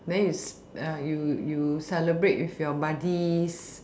then you you you celebrate with your buddies